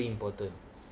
the order is very important